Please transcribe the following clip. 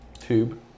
Tube